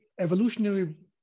evolutionary